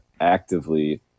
actively